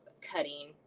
cutting